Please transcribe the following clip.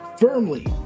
firmly